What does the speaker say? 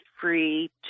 free